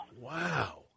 Wow